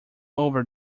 over